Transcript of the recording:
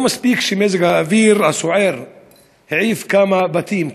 לא מספיק שמזג האוויר הסוער העיף כמה בתים,